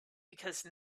because